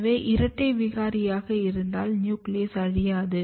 எனவே இரட்டை விகாரியாக இருந்தால் நியூக்ளியஸ் அழியாது